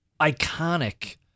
iconic